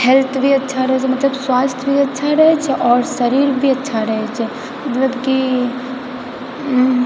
health भी अच्छा रहै छै मतलब स्वास्थ भी अच्छा रहै छै आओर शरीर भी अच्छा रहै छै मतलब की